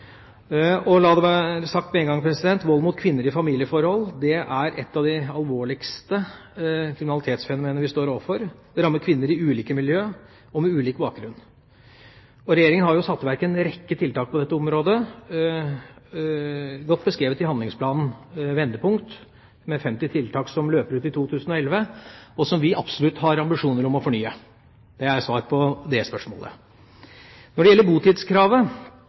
La det være sagt med en gang at vold mot kvinner i familieforhold er et av de alvorligste kriminalitetsfenomenene vi står overfor. Det rammer kvinner i ulike miljø, og med ulik bakgrunn. Regjeringa har satt i verk en rekke tiltak på dette området, godt beskrevet i handlingsplanen Vendepunkt, med 50 tiltak som løper ut i 2011, og som vi absolutt har ambisjoner om å fornye. Det er svar på dét spørsmålet. Når det gjelder botidskravet,